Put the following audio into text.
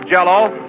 Jell-O